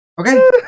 Okay